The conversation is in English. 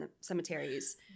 cemeteries